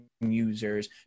users